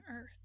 earth